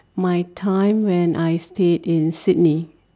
my time when I stayed in Sydney